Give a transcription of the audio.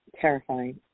Terrifying